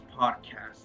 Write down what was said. Podcast